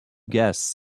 guests